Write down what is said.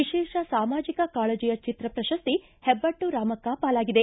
ವಿಶೇಷ ಸಾಮಾಜಿಕ ಕಾಳಜಿಯ ಚಿತ್ರ ಪ್ರಶಸ್ತಿ ಹೆಬ್ಬಟ್ಟು ರಾಮಕ್ಕ ಪಾಲಾಗಿದೆ